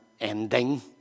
ending